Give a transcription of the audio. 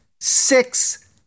six